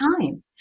time